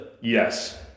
Yes